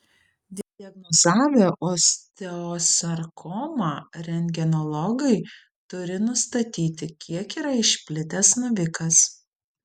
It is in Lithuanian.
diagnozavę osteosarkomą rentgenologai turi nustatyti kiek yra išplitęs navikas